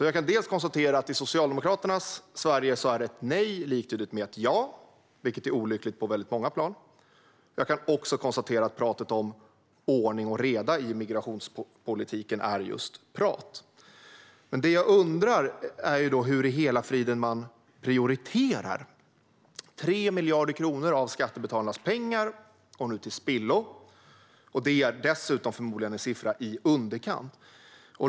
Jag kan konstatera att i Socialdemokraternas Sverige är ett nej liktydigt med ett ja, vilket är olyckligt på väldigt många plan. Jag kan också konstatera att pratet om ordning och reda i migrationspolitiken är just prat. Det jag undrar är hur i hela friden man prioriterar. Det är 3 miljarder kronor av skattebetalarnas pengar som nu går till spillo. Det är dessutom förmodligen en siffra i underkant.